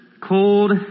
cold